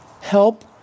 Help